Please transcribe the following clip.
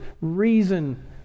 reason